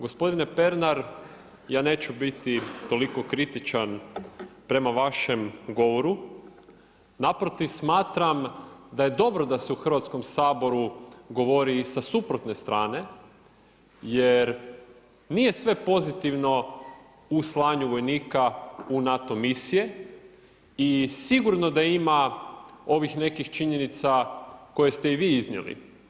Gospodine Pernar ja neću biti toliko kritičan prema vašem govoru, naprotiv smatram da je dobro da se u Hrvatskom saboru govori i sa suprotne strane jer nije sve pozitivno u slanju vojnika u NATO misije i sigurno da ima ovih nekih činjenica koje ste i vi iznijeli.